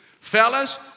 Fellas